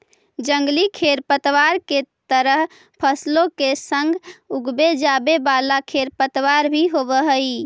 जंगली खेरपतवार के तरह फसलों के संग उगवे जावे वाला खेरपतवार भी होवे हई